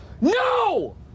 no